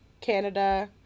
Canada